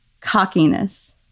cockiness